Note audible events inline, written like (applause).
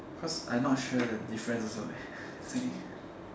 cause I not sure the difference also leh (noise) see